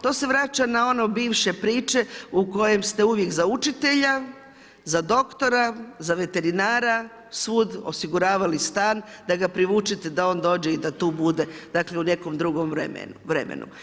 To se vraća na ono bivše priče u kojem ste uvijek za učitelja, za doktora za veterinara sud osiguravali stan, da ga privučete, da on dođe i da tu bude dakle, u nekom drugom vremenu.